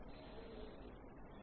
ధన్యవాదాలు